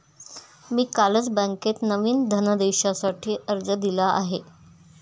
मी कालच बँकेत नवीन धनदेशासाठी अर्ज दिला आहे